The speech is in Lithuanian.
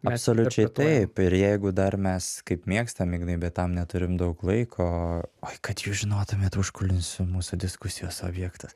absoliučiai taip ir jeigu dar mes kaip mėgstam ignai bet tam neturim daug laiko oi kad jūs žinotumėt užkulisių mūsų diskusijos objektas